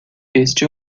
este